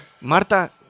Marta